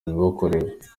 bibakorerwa